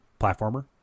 platformer